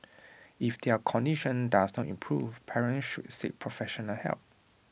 if their condition does not improve parents should seek professional help